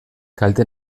kalte